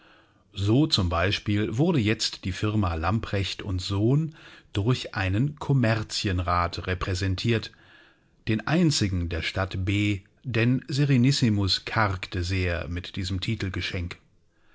so zum beispiel wurde jetzt die firma lamprecht und sohn durch einen kommerzienrat repräsentiert den einzigen der stadt b denn serenissimus kargte sehr mit diesem